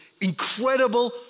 incredible